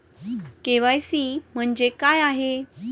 KYC म्हणजे काय आहे?